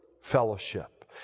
fellowship